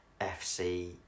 FC